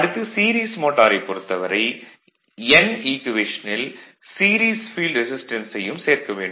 அடுத்து சீரிஸ் மோட்டாரைப் பொறுத்தவரை n ஈக்குவேஷனில் சீரிஸ் ஃபீல்டு ரெசிஸ்டன்ஸையும் சேர்க்க வேண்டும்